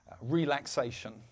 relaxation